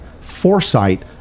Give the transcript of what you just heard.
foresight